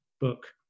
book